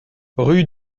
rue